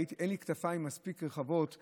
אין לי כתפיים מספיק רחבות להתערב,